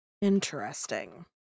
Interesting